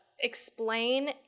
explain